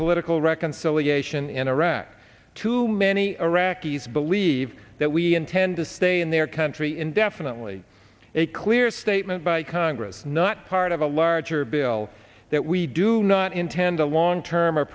political reconciliation in iraq too many iraqis believe that we intend to stay in their country indefinitely a clear statement by congress not part of a larger bill that we do not intend a long term